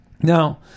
Now